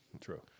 true